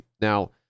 now